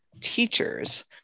teachers